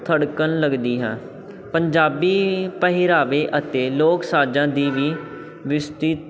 ਥੜਕਣ ਲੱਗਦੀ ਹਾਂ ਪੰਜਾਬੀ ਪਹਿਰਾਵੇ ਅਤੇ ਲੋਕ ਸਾਜਾਂ ਦੀ ਵੀ ਵਿਸਥਿਤ